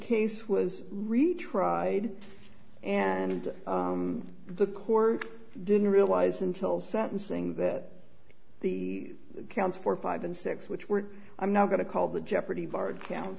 case was retried and the court didn't realize until sentencing that the counts four five and six which were i'm not going to call the jeopardy bar